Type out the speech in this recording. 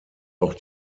auch